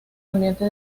ambiente